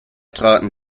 traten